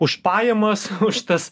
už pajamas už tas